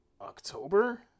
October